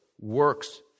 works